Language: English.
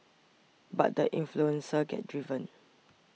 but the influential second driven